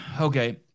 Okay